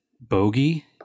bogey